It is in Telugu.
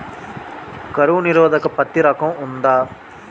కరువు నిరోధక పత్తి రకం ఉందా?